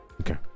okay